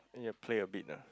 then you'll play a bit ah